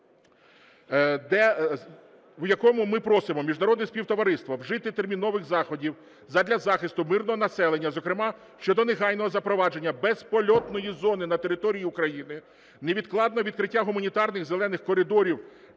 в якому ми просимо міжнародне співтовариство вжити термінових заходів задля захисту мирного населення, зокрема щодо негайного запровадження безпольотної зони на території України, невідкладне відкриття гуманітарних зелених коридорів